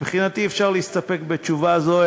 מבחינתי אפשר להסתפק בתשובה זו,